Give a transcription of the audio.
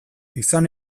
izan